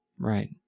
right